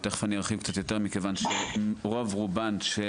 ותכף ארחיב קצת יותר מכיוון שרוב רובן של